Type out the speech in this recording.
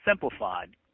Simplified